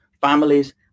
families